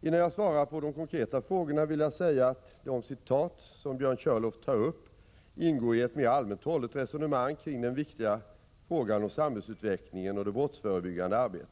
Innan jag svarar på de konkreta frågorna vill jag säga att de citat som Björn Körlof tar upp ingår i ett mer allmänt hållet resonemang kring den viktiga frågan om samhällsutvecklingen och det brottsförebyggande arbetet.